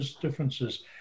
differences